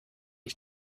ich